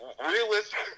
realistic